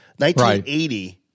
1980